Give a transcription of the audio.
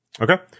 Okay